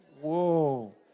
Whoa